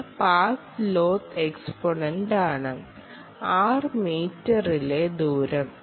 ഇത് path loss എക്സ്പോണന്റാണ് r മീറ്ററിലെ ദൂരം